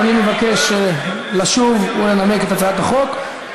אדוני מבקש לשוב ולנמק את הצעת החוק.